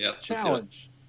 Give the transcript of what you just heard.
challenge